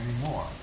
anymore